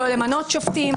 לא למנות שופטים?